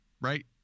right